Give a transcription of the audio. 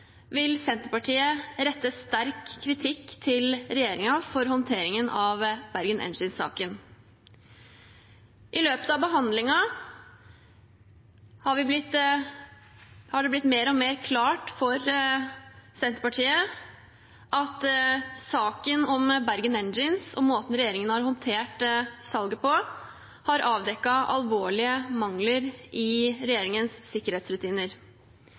vil Senterpartiet rette sterk kritikk mot regjeringen for håndteringen av Bergen Engines-saken. I løpet av behandlingen har det blitt mer og mer klart for Senterpartiet at saken om Bergen Engines og måten regjeringen har håndtert salget på, har avdekket alvorlige mangler i regjeringens sikkerhetsrutiner.